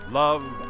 love